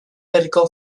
herriko